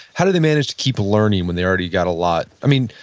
how do they manage to keep learning when they already got a lot, i mean,